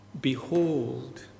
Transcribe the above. Behold